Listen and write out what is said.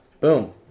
Boom